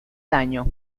daño